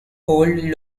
old